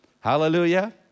Hallelujah